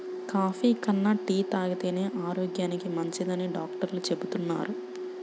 coffee కన్నా tea తాగితేనే ఆరోగ్యానికి మంచిదని డాక్టర్లు చెబుతున్నారు